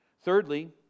Thirdly